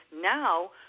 Now